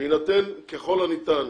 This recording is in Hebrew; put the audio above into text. שיינתן ככל הניתן